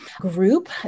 Group